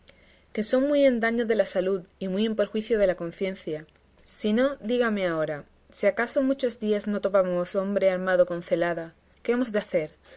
que son muy en daño de la salud y muy en perjuicio de la conciencia si no dígame ahora si acaso en muchos días no topamos hombre armado con celada qué hemos de hacer